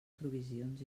provisions